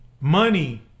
Money